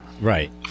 Right